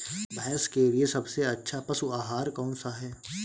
भैंस के लिए सबसे अच्छा पशु आहार कौन सा है?